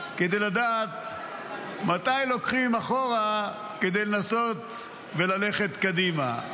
כדי לדעת מתי לוקחים אחורה כדי לנסות וללכת קדימה,